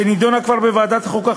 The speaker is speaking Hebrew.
שכבר נדונה בוועדת החוקה,